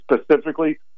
specifically